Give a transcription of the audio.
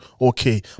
okay